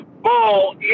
ball